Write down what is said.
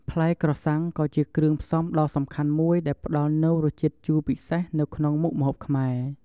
ផ្លែក្រសាំងក៏ជាគ្រឿងផ្សំដ៏សំខាន់មួយដែលផ្តល់នូវរសជាតិជូរពិសេសនៅក្នុងមុខម្ហូបខ្មែរ។